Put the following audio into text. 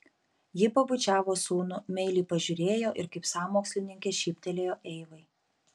ji pabučiavo sūnų meiliai pažiūrėjo ir kaip sąmokslininkė šyptelėjo eivai